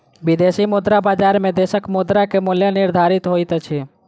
विदेशी मुद्रा बजार में देशक मुद्रा के मूल्य निर्धारित होइत अछि